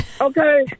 Okay